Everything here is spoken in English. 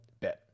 bit